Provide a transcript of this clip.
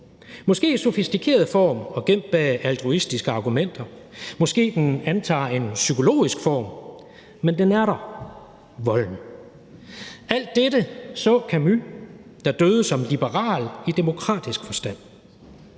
måske i en sofistikeret form og gemt bag altruistiske argumenter – måske den antager en psykologisk form – men volden er der. Alt dette så Camus, der døde som liberal i demokratisk forstand.